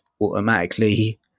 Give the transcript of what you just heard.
automatically